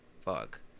fuck